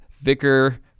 Vicar